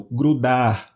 grudar